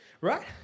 right